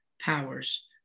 powers